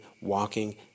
walking